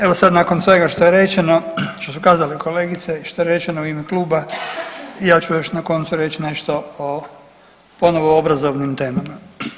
Evo sad nakon svega što je rečeno što su kazale kolegice i što je rečeno u ime Kluba, ja ću još na koncu reći nešto o, ponovno obrazovnim temama.